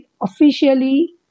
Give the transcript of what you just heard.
officially